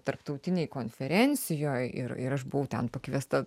tarptautinėj konferencijoj ir ir aš buvau ten pakviesta